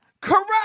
Correct